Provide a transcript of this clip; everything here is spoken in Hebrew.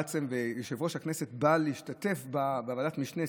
ויושב-ראש הכנסת בא להשתתף בוועדת המשנה,